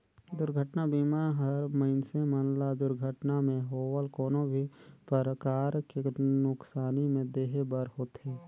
दुरघटना बीमा हर मइनसे मन ल दुरघटना मे होवल कोनो भी परकार के नुकसानी में देहे बर होथे